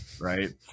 right